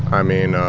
i mean,